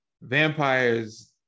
Vampires